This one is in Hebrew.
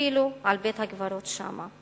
אפילו על בית-הקברות שם.